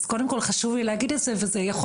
אז קודם כל חשוב לי להגיד את זה וזה יכול